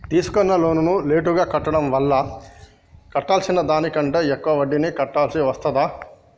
తీసుకున్న లోనును లేటుగా కట్టడం వల్ల కట్టాల్సిన దానికంటే ఎక్కువ వడ్డీని కట్టాల్సి వస్తదా?